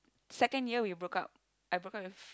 second year we broke up I broke up with